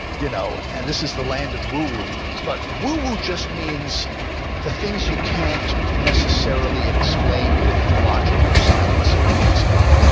you know and this is the land of woo woo, but woo woo just means the things you can't necessarily explain with logic or science or reasoning.